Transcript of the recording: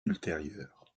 ultérieure